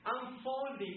unfolding